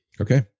okay